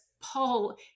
Paul